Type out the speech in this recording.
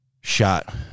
shot